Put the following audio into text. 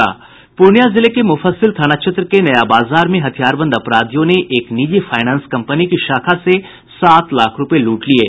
पूर्णिया जिले के मुफ्फसिल थाना क्षेत्र के नया बाजार में हथियारबंद अपराधियों ने एक निजी फाईनेंस कंपनी की शाखा से सात लाख रुपये लूट लिये